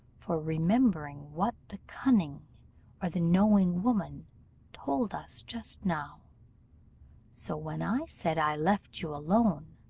for remembering what the cunning or the knowing woman told us just now so when i said i left you alone,